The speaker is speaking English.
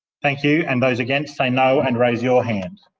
thank you and those against, say no and raise your hand.